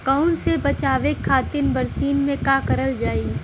कवक से बचावे खातिन बरसीन मे का करल जाई?